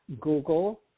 Google